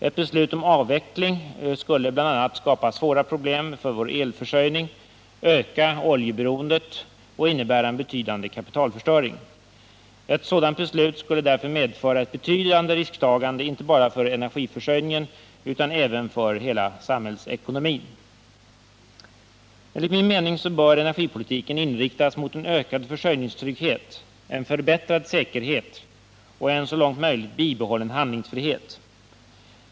Ett beslut om avveckling skulle bl.a. skapa svåra problem för vår elförsörjning, öka oljeberoendet och innebära en betydande kapitalförstöring. Ett sådant beslut skulle därför medföra ett betydande risktagande inte bara för energiförsörjningen utan även för samhällsekonomin. Enligt min mening bör energipolitiken inriktas mot en ökad försörjningstrygghet, en förbättrad säkerhet och en så långt möjligt bibehållen handlingsfrihet.